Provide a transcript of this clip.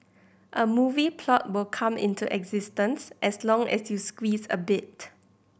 a movie plot will come into existence as long as you squeeze a bit